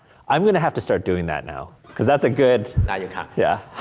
i'm gonna have to start doing that now. cause that's a good. now you can. yeah.